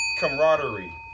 Camaraderie